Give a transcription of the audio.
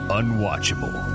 unwatchable